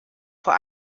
vor